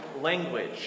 language